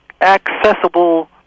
accessible